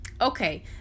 okay